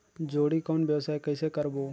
जोणी कौन व्यवसाय कइसे करबो?